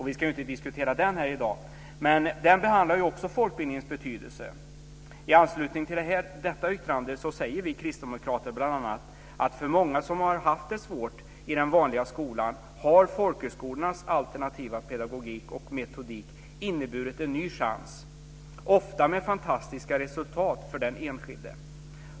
Vi ska ju inte diskutera den här i dag, men den behandlar ju också folkbildningens betydelse. I anslutning till detta yttrande säger vi kristdemokrater bl.a. att för många som har haft det svårt i den vanliga skolan har folkhögskolornas alternativa pedagogik och metodik inneburit en ny chans, ofta med fantastiska resultat för den enskilde.